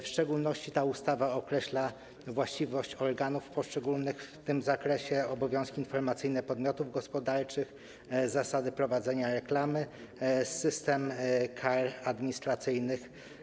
W szczególności ta ustawa określa właściwość poszczególnych organów w tym zakresie, obowiązki informacyjne podmiotów gospodarczych, zasady prowadzenia reklamy, system kar administracyjnych.